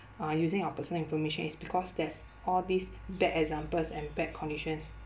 uh using our personal information is because there's all these bad examples and bad conditions